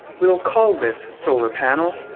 we'll call this solar panel,